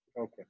Okay